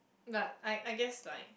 but I I guess like